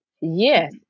Yes